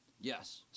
Yes